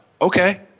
Okay